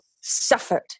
suffered